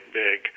big